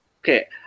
Okay